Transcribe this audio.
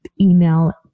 email